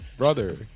brother